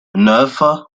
neuf